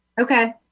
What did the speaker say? Okay